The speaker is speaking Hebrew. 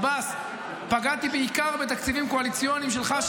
שר האוצר בצלאל סמוטריץ': פגעתי בעיקר בכספים קואליציוניים שלך,